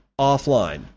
offline